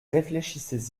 réfléchissez